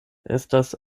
estas